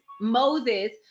Moses